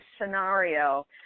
scenario